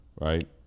Right